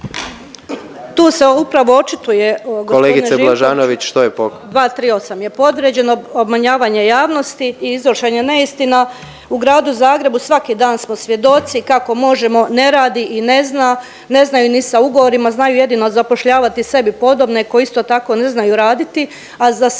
predsjednik: Kolegice Blažanović, što je po…/… 238. je podređeno, obmanjavanje javnosti i iznošenje neistina. U Gradu Zagrebu svaki dan smo svjedoci kako Možemo! ne radi i ne zna, ne znaju ni sa ugovorima, znaju jedino zapošljavati sebi podobne koji isto tako ne znaju raditi, a za sve